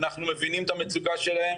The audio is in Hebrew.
אנחנו מבינים את המצוקה שלהן,